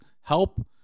help